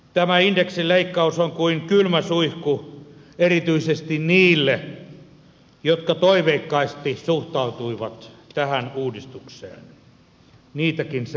tämä indeksin leikkaus on kuin kylmä suihku erityisesti niille jotka toiveikkaasti suhtautuivat tähän uudistukseen niitäkin sentään oli